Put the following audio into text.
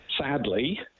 sadly